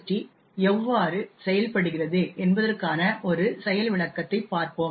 D எவ்வாறு செயல்படுகிறது என்பதற்கான ஒரு செயல் விளக்கத்தைப் பார்ப்போம்